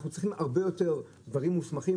אנחנו צריכים הרבה יותר דברים מוסמכים,